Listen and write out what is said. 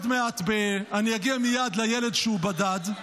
אני אגיע מייד לילד שהוא בדד,